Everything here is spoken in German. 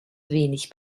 wenig